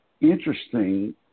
Interesting